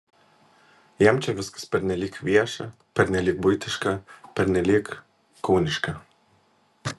jam čia viskas pernelyg vieša pernelyg buitiška pernelyg kūniška